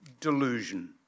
delusion